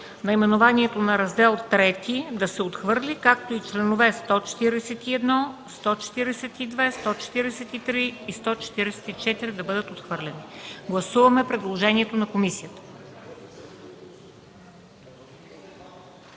наименованието на Раздел III да се отхвърли, както и членове 141, 142, 143 и 144 да бъдат отхвърлени. Гласуваме предложението на комисията.